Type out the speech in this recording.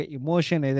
emotion